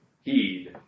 heed